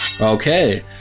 Okay